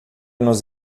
nos